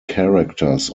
characters